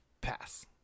pass